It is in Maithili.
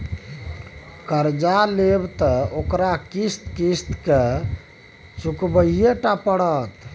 कर्जा लेब त ओकरा किस्त किस्त कए केँ चुकबहिये टा पड़त